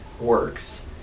works